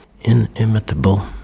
inimitable